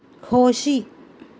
खोशी